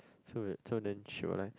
so that so then she will lie